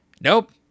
nope